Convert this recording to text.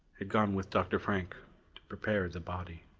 had gone with dr. frank to prepare the body.